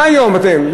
מה היום אתם?